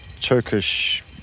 Turkish